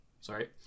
sorry